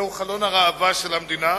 זהו חלון הראווה של המדינה,